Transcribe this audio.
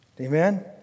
Amen